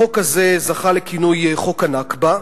החוק הזה זכה לכינוי חוק ה"נכבה"